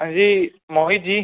हांजी मोहित जी